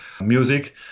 music